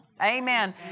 Amen